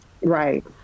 Right